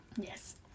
Yes